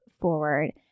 forward